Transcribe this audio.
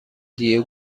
دیه